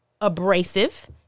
abrasive